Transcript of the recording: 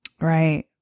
Right